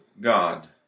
God